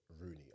Rooney